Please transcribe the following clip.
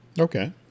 Okay